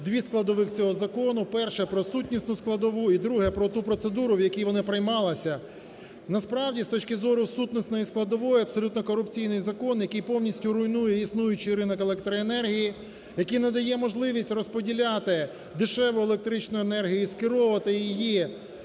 дві складових цього закону: перше – про сутнісну складову і друге – про ту процедуру, в якій вона приймалася. Насправді, з точки зору сутнісної складової, абсолютно корупційний закон, який повністю руйнує існуючий ринок електроенергії, який надає можливість розподіляти дешеву електричну енергію і скеровувати її